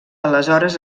aleshores